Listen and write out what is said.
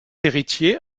héritier